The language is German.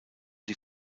die